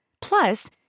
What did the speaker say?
Plus